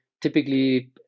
typically